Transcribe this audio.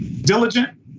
Diligent